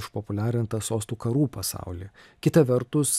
išpopuliarintą sostų karų pasaulį kita vertus